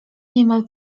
niemal